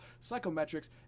psychometrics